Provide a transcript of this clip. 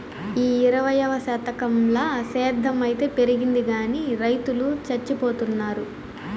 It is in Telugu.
ఈ ఇరవైవ శతకంల సేద్ధం అయితే పెరిగింది గానీ రైతులు చచ్చిపోతున్నారు